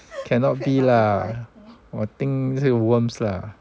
cannot be lah 我 think 是 worms lah